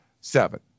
seven